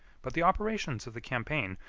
but the operations of the campaign,